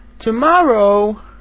Tomorrow